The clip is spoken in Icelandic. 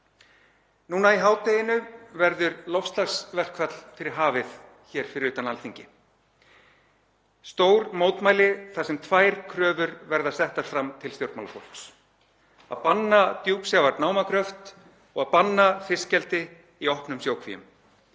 Núna í hádeginu verður loftslagsverkfall fyrir hafið hér fyrir utan Alþingi. Stór mótmæli þar sem tvær kröfur verða settar fram til stjórnmálafólks: Að banna djúpsjávarnámagröft og að banna fiskeldi í opnum sjókvíum.